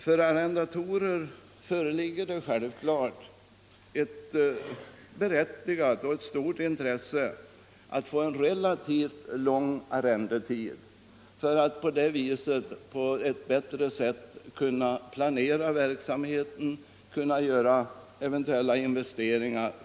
Arrendatorer har självfallet ett berättigat intresse av att få en relativt lång arrendetid för att bättre kunna planera verksamheten och göra fördelaktiga investeringar.